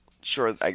sure